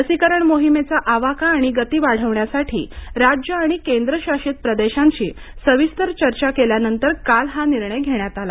लसीकरण मोहिमेचा आवाका आणि गती वाढवण्यासाठी राज्य आणि केंद्रशासित प्रदेशांशी सविस्तर चर्चा केल्यानंतर काल हा निर्णय घेण्यात आला